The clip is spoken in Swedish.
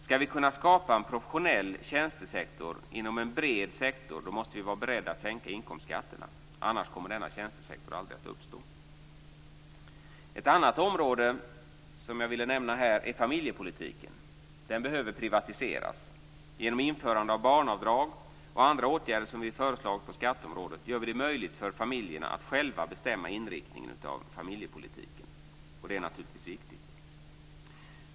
Skall vi kunna skapa en professionell tjänstesektor inom en bred sektor måste vi vara beredda att sänka inkomstskatterna, annars kommer denna tjänstesektor aldrig att uppstå. Ett annat område som jag ville nämna här är familjepolitiken. Den behöver privatiseras. Genom införande av barnavdrag och andra åtgärder som vi föreslagit på skatteområdet gör vi det möjligt för familjerna att själva bestämma inriktningen av familjepolitiken. Det är naturligtvis viktigt.